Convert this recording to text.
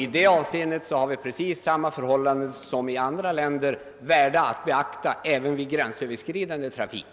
I detta avseende råder precis samma förhållande här som i andra länder, vilket förhållande är värt att beakta även vid gränsöverskridande trafik.